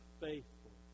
faithful